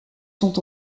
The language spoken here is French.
sont